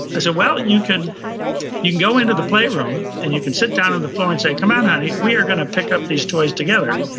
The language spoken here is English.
so well, you can you can go into the playroom and you can sit down on the floor and say, come on honey, we are gonna pick up these toys together.